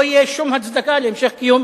לא תהיה שום הצדקה להמשך קיום